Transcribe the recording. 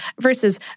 versus